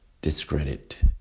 discredit